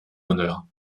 honneur